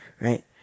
Right